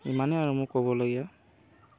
ইমানেই আৰু মোৰ ক'বলগীয়া